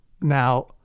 Now